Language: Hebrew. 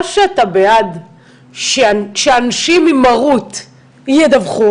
או שאתה בעד שאנשים עם מרות ידווחו,